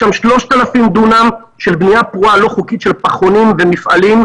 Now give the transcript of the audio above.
יש שם 3,000 דונם של בנייה פרועה לא חוקית של פחונים ומפעלים,